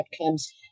outcomes